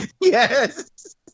Yes